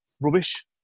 rubbish